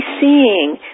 seeing